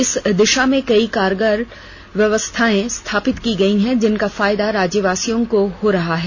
इस दिशा में कई कारगर व्यवस्थाएं स्थापित की गई हैं जिसका फायदा राज्यवासियों को हो रहा है